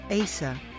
Asa